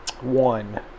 one